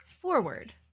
forward